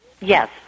Yes